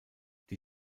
die